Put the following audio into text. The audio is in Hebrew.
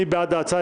מי בעד ההצעה?